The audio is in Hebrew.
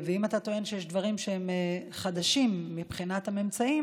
אם אתה טוען שיש דברים שהם חדשים מבחינת הממצאים,